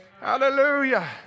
Hallelujah